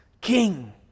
king